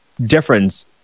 difference